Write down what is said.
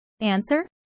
Answer